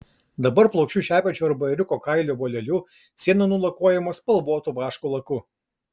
dabar plokščiu šepečiu arba ėriuko kailio voleliu siena nulakuojama spalvotu vaško laku